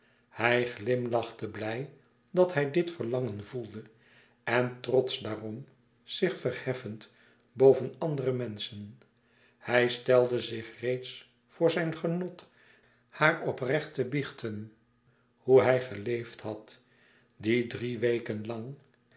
hij glimlachte blij dat hij dit verlangen voelde en trotsch daarom zich verheffend boven andere menschen hij stelde zich reeds voor zijn genot haar oprecht te biechten hoe hij geleefd had die drie weken lang